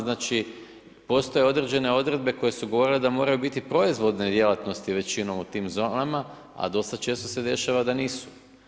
Znači postoje određene odredbe koje su govorile da moraju biti proizvodne djelatnosti većinom u tim zonama, a dosta često se dešava da nisu.